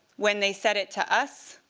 when they sent it to us,